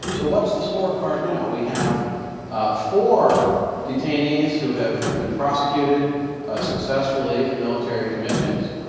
so what's the scorecard now? we have ah four detainees who have been prosecuted successfully in military commission